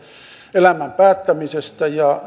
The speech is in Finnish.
elämän päättämisestä ja